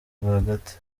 rwagati